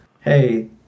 hey